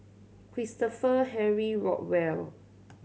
Christopher Henry Rothwell